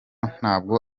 ntabwo